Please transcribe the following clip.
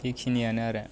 बेखिनियानो आरो